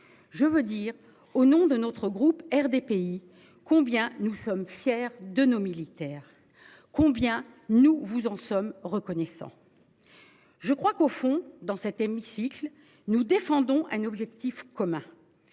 Je veux dire au nom de notre groupe RDPI combien nous sommes fiers de nos militaires. Combien nous vous en sommes reconnaissants. Je crois qu'au fond dans cet hémicycle, nous défendons un objectif commun.